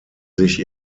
sich